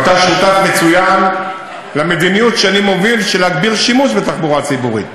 ואתה שותף מצוין למדיניות שאני מוביל של הגברת שימוש בתחבורה ציבורית,